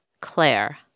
Claire